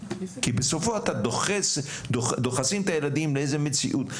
כי בסופו דוחסים את הילדים לאיזו מציאות.